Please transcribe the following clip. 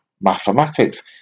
mathematics